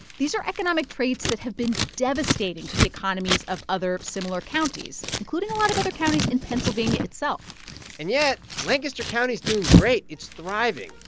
these are economic traits that have been devastating to the economies of other similar counties, including a lot of other counties in pennsylvania itself and yet, lancaster county's doing great. it's thriving.